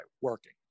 working